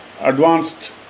advanced